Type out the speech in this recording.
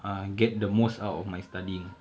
err get the most out of my studying